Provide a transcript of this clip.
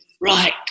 right